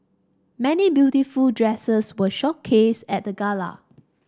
many beautiful dresses were showcased at the gala